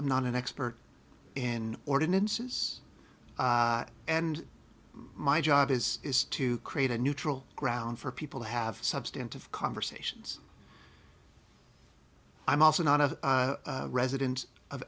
i'm not an expert in ordinances and my job is is to create a neutral ground for people to have substantive conversations i'm also not a resident of